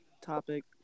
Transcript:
topic